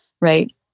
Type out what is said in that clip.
Right